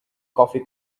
coffee